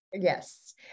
Yes